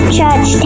Church